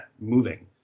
moving